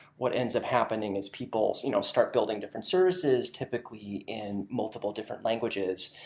what ends up happening is people you know start building different services, typically, in multiple different languages.